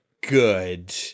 good